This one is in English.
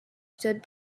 stood